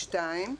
2,